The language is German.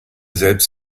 selbst